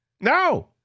No